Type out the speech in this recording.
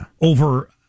over